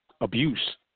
abuse